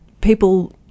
people